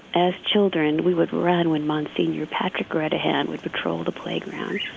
as children, we would run when monsignor patrick redahan would patrol the playground,